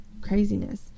craziness